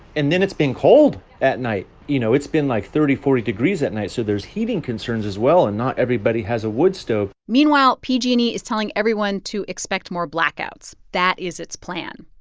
and then it's been cold at night. you know, it's been, like, thirty, forty degrees at night, so there's heating concerns, as well. and not everybody has a wood stove meanwhile, pg and e is telling everyone to expect more blackouts. that is its plan.